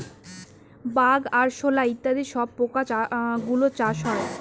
bug, আরশোলা ইত্যাদি সব পোকা গুলোর চাষ হয়